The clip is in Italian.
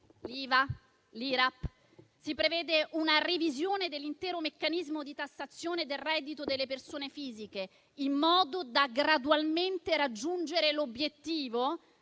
l'IVA, l'IRAP. Si prevede una revisione dell'intero meccanismo di tassazione del reddito delle persone fisiche, in modo da raggiungere gradualmente l'obiettivo